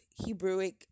hebrewic